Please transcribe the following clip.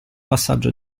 passaggio